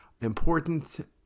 important